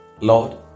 lord